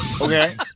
Okay